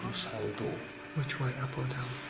door which way, up or down?